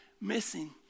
missing